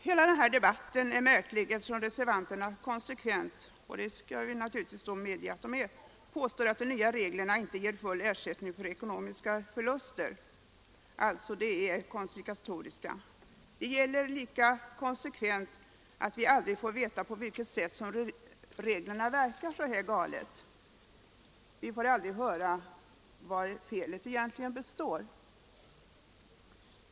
Hela den här debatten är märklig, eftersom reservanterna konsekvent — konsekventa därvidlag skall vi naturligtvis medge att de är — påstår att de nya reglerna inte ger full ersättning för ekonomiska förluster utan alltså är konfiskatoriska. Lika konsekvent gäller att vi aldrig får veta på vilket sätt reglerna verkar så här galet: vi får aldrig höra vari felet egentligen består.